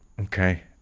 Okay